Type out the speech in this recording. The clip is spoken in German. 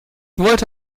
wollte